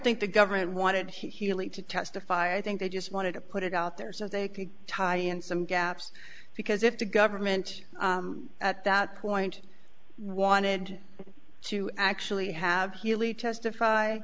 think the government wanted healey to testify i think they just wanted to put it out there so they could tie in some gaps because if the government at that point wanted to actually have healy testify